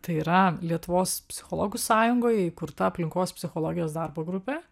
tai yra lietuvos psichologų sąjungoj įkurta aplinkos psichologijos darbo grupė